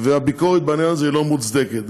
והביקורת בעניין הזה לא מוצדקת.